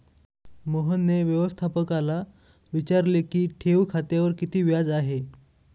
मोहनने व्यवस्थापकाला विचारले की ठेव खात्यावर किती व्याज आहे?